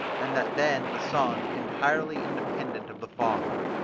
and that then the son, entirely independent of the father,